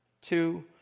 two